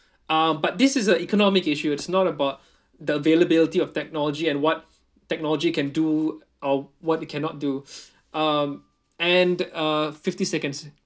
uh but this is a economic issue it's not about the availability of technology and what technology can do or what it cannot do um and uh fifty seconds